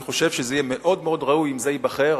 אני חושב שזה יהיה מאוד מאוד ראוי אם זה ייבחר.